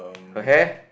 her hair